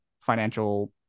financial